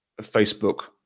Facebook